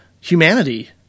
humanity